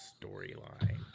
storyline